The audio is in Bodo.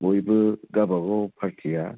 बयबो गाबागाव पार्टिया